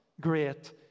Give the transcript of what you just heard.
great